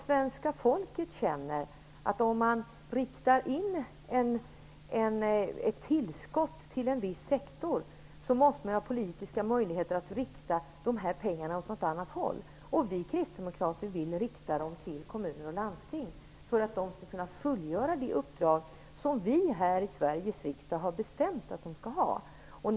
Svenska folket känner att om man riktar ett tillskott till en viss sektor måste man ha politiska möjligheter att rikta pengarna till något annat. Vi kristdemokrater vill rikta dem till kommuner och landsting för att de skall kunna fullgöra det uppdrag som vi här i Sveriges riksdag har bestämt att de skall göra.